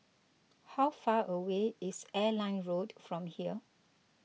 how far away is Airline Road from here